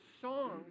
songs